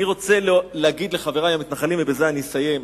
אני רוצה להגיד לחברי המתנחלים, ובזה אני אסיים: